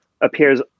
appears